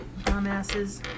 dumbasses